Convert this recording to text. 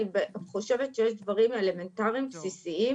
אני חושבת שיש דברים אלמנטריים בסיסיים